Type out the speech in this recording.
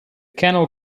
kennel